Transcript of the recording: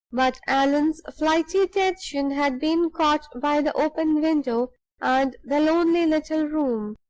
but allan's flighty attention had been caught by the open window and the lonely little room.